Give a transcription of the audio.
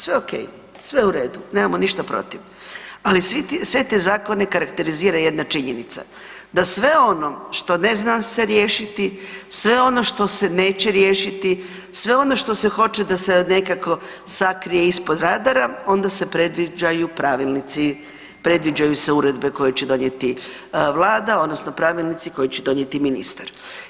Sve ok, sve u redu, nemamo ništa protiv, ali sve te zakone karakterizira jedna činjenica, da sve ono što ne zna se riješiti, sve ono što se neće riješiti, sve ono što se hoće da se nekako sakrije ispod radara onda se predviđaju pravilnici, predviđaju se uredbe koje će donijeti Vlada odnosno pravilnici koje će donijeti ministar.